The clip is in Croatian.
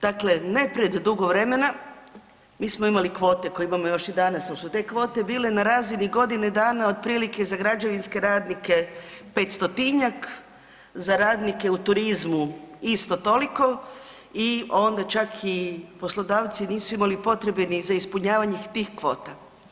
Dakle, ne pred dugo vremena mi smo imali kvote koje imamo još i danas, al su te kvote bile na razini godine dana otprilike za građevinske radnike 500-tinjak, za radnike u turizmu isto toliko i onda čak i poslodavci nisu imali potrebe ni za ispunjavanje tih kvota.